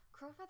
Crowfeather